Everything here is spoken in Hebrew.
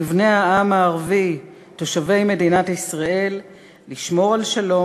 לבני העם הערבי תושבי מדינת ישראל לשמור על שלום